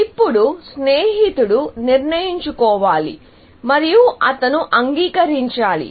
ఇప్పుడు స్నేహితుడు నిర్ణయించు కోవాలి మరియు అతను అంగీకరించాలి